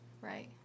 Right